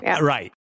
Right